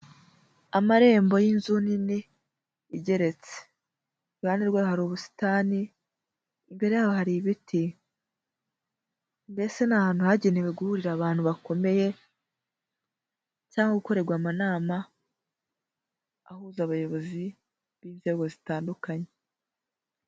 Amarembo y'inzu nini igeretse, iruhande rwayo hari ubusitani, imbere yaho hari ibiti, mbese ni ahantu hagenewe guhurira abantu bakomeye, cyangwa gukorerwa amanama ahuza abayobozi b'inzego zitandukanye.